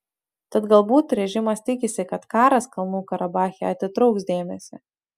tad galbūt režimas tikisi kad karas kalnų karabache atitrauks dėmesį